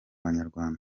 banyarwanda